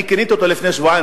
אני כיניתי אותו לפני שבועיים,